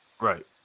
right